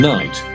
Night